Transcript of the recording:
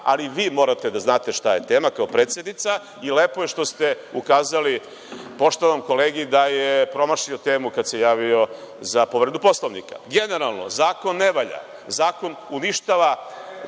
ali vi morate da znate šta je tema kao predsednica i lepo je što ste ukazali poštovanom kolegi da je promašio temu kada se javio za povredu Poslovnika. Generalno, zakon ne valja, zakon uništava…